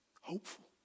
Hopeful